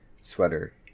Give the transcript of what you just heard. sweater